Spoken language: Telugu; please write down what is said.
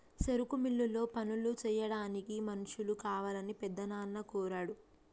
సెరుకు మిల్లులో పనులు సెయ్యాడానికి మనుషులు కావాలని పెద్దనాన్న కోరాడు